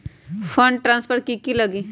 Fund transfer कि की लगी?